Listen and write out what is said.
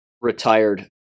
retired